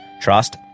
trust